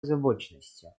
озабоченностью